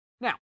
Now